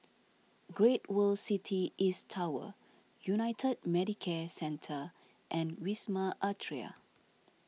Great World City East Tower United Medicare Centre and Wisma Atria